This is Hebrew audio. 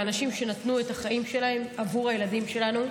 לאנשים שנתנו את החיים שלהם בעבור הילדים שלנו.